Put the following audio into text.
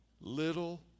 little